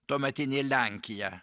tuometinė lenkija